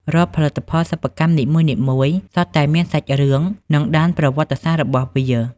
រាល់ផលិតផលសិប្បកម្មនីមួយៗសុទ្ធតែមានសាច់រឿង និងដានប្រវត្តិសាស្ត្ររបស់វា។